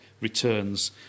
returns